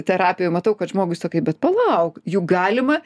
terapijoj matau kad žmogui sakai bet palauk juk galima